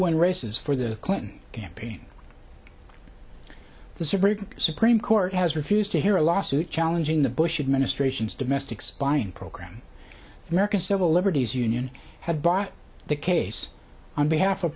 win races for the clinton campaign the supreme supreme court has refused to hear a lawsuit challenging the bush administration's domestic spying program american civil liberties union has bought the case on behalf of